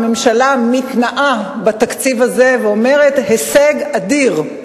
והממשלה מתנאה בתקציב הזה ואומרת: הישג אדיר.